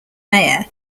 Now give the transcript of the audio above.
mayer